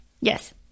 Yes